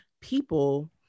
people